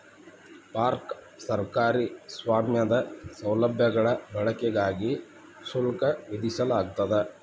park ಸರ್ಕಾರಿ ಸ್ವಾಮ್ಯದ ಸೌಲಭ್ಯಗಳ ಬಳಕೆಗಾಗಿ ಶುಲ್ಕ ವಿಧಿಸಲಾಗ್ತದ